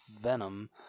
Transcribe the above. Venom